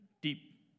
deep